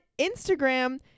Instagram